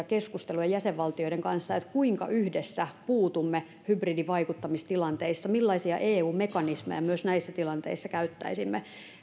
keskusteluja jäsenvaltioiden kanssa että kuinka yhdessä puutumme hybridivaikuttamistilanteissa ja millaisia eun mekanismeja näissä tilanteissa käyttäisimme